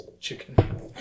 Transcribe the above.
chicken